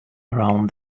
around